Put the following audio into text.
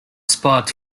spot